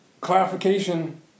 clarification